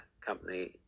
company